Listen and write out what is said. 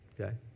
okay